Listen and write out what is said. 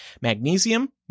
magnesium